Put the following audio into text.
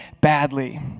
badly